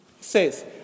says